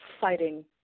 fighting